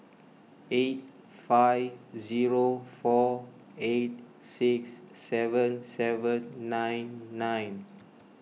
eight five zero four eight six seven seven nine nine